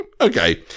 Okay